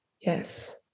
Yes